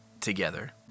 together